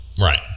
Right